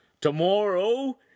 Tomorrow